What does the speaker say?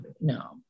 no